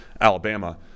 Alabama